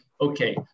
okay